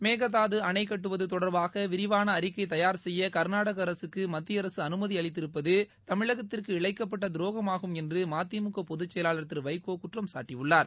மேகதாது அணைக்கட்டுவது தொடர்பாக விரிவான அறிக்கை தயார் செய்ய கர்நாடக அரசுக்கு மத்திய அரசுக்கு அனுமதி அளித்திருப்பது தமிழகத்திற்கு இழைக்கப்பட்ட துரோகமாகும் என்று மதிமுக பொதுச்செயலாளர் திரு வைகோ குற்றம்சாட்டியுள்ளார்